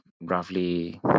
roughly